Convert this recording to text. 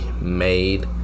made